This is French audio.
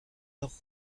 leurs